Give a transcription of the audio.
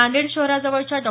नांदेड शहराजवळच्या डॉ